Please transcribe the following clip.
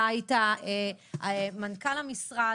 אתה היית מנכ"ל המשרד,